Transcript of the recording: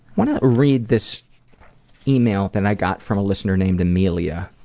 want to read this email and i got from a listener named amelia.